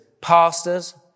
pastors